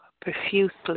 profusely